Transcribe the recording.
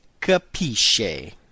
capisce